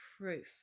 proof